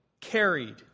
Carried